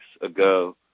ago